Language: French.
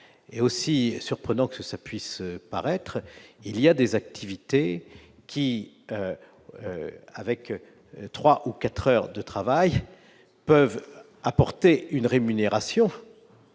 Aussi surprenant que cela puisse paraître, il y a des activités qui, avec trois ou quatre heures de travail, peuvent apporter une rémunération